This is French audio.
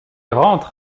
rentre